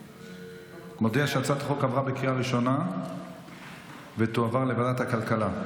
אני מודיע שהצעת החוק עברה בקריאה ראשונה ותועבר לוועדת הכלכלה.